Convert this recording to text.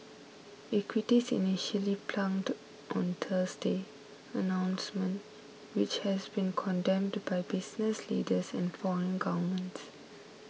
equities initially plunged on Thursday announcement which has been condemned by business leaders and foreign governments